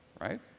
right